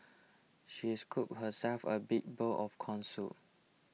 she scooped herself a big bowl of Corn Soup